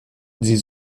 sie